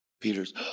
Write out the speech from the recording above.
Peter's